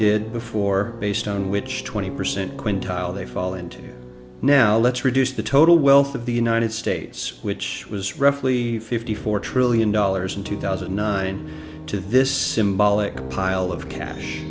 did before based on which twenty percent quintile they fall into now let's reduce the total wealth of the united states which was roughly fifty four trillion dollars in two thousand and nine to this symbolic pile of cash